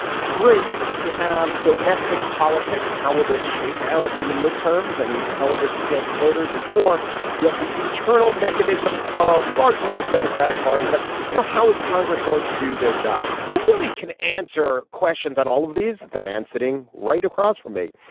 three you have domestic politics how will this shake out in the midterms and how will this appeal to voters and for you have the internal mechanisms of largely the democratic party. but you know how is congress going to do their job. who really can answer questions on all of these. the man sitting right across from me.